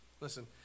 Listen